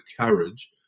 courage